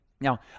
Now